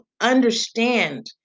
understand